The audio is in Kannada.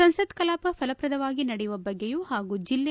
ಸಂಸತ್ ಕಲಾಪ ಫಲಪ್ರದವಾಗಿ ನಡೆಯುವ ಬಗ್ಗೆಯೂ ಹಾಗೂ ಜಿಲ್ಲೆ